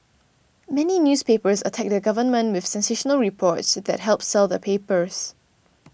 many newspapers attack the government with sensational reports that help sell their papers